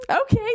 Okay